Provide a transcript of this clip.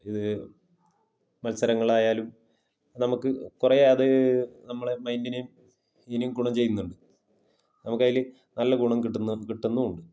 ഇത് മത്സരങ്ങളായാലും നമുക്ക് കുറേ അത് നമ്മളെ മൈന്ഡിനേയും ഇതിനെയും ഗുണം ചെയ്യുന്നുണ്ട് നമുക്ക് അതിൽ നല്ല ഗുണം കിട്ടുന്ന കിട്ടുന്നുമുണ്ട്